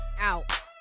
out